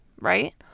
right